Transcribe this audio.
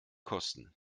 kosten